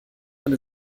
eine